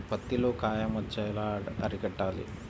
పత్తిలో కాయ మచ్చ ఎలా అరికట్టాలి?